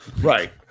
Right